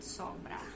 sobra